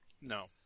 No